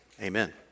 amen